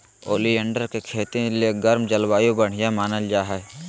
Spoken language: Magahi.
ओलियंडर के खेती ले गर्म जलवायु बढ़िया मानल जा हय